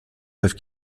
œuvres